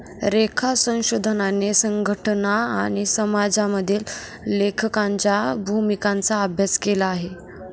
लेखा संशोधनाने संघटना आणि समाजामधील लेखांकनाच्या भूमिकांचा अभ्यास केला आहे